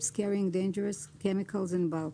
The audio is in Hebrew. Carrying Dangerous Chemicals in Bulk),